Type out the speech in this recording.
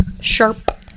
Sharp